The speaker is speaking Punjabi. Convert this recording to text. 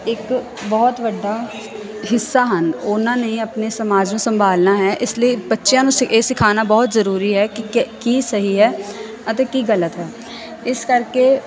ਇੱਕ ਬਹੁਤ ਵੱਡਾ ਹਿੱਸਾ ਹਨ ਉਹਨਾਂ ਨੇ ਆਪਣੇ ਸਮਾਜ ਨੂੰ ਸੰਭਾਲਣਾ ਹੈ ਇਸ ਲਈ ਬੱਚਿਆਂ ਨੂੰ ਸਿ ਇਹ ਸਿਖਾਉਣਾ ਬਹੁਤ ਜ਼ਰੂਰੀ ਹੈ ਕਿ ਕੀ ਸਹੀ ਹੈ ਅਤੇ ਕੀ ਗਲਤ ਹੈ ਇਸ ਕਰਕੇ